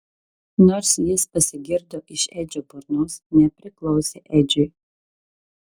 nors jis pasigirdo iš edžio burnos nepriklausė edžiui